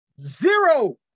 Zero